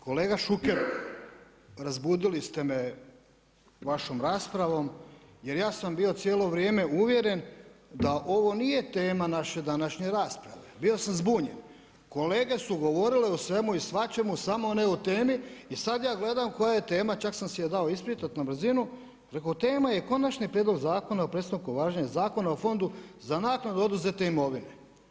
Kolega Šuker, razbudili ste me vašom raspravom jer ja sam bio cijelo vrijeme uvjeren da ovo nije tema naše današnje rasprave, bio sam zbunjen kolege su govorile o svemu i svačemu samo ne o temi i sada ja gledam koja je tema, čak sam si dao isprintati na brzinu, tema je Konačni prijedlog Zakona o prestanku važenja Zakona o Fondu za naknadu oduzete imovine.